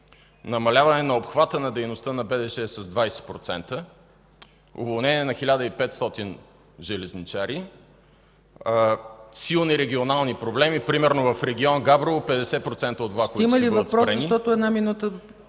намаляване на обхвата на дейността на БДЖ с 20%; уволнение на 1500 железничари; силни регионални проблеми, примерно в регион Габрово 50% от влаковете ще бъдат спрени.